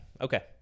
okay